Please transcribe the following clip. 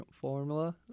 formula